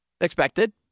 expected